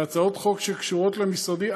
בהצעות חוק שקשורות למשרדי,